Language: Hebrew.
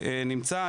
נמצא.